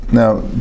now